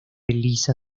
lisa